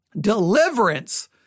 Deliverance